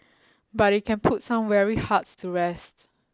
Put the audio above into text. but it can put some weary hearts to rest